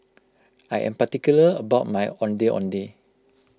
I am particular about my Ondeh Ondeh